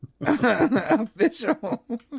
official